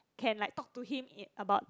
can like talk to him in about